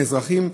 לאזרחים,